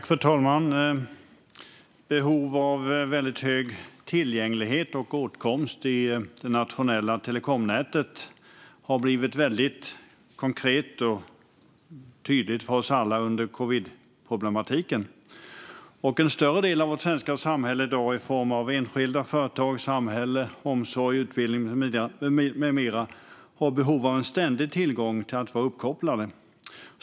Fru talman! Behovet av hög tillgänglighet och åtkomst i det nationella telekomnätet har blivit väldigt konkret för oss alla till följd av covid-19-problematiken. Större delen av vårt svenska samhälle i dag, i form av enskilda företag, samhälle, omsorg och utbildning med mera, har behov av en ständig tillgång till uppkoppling.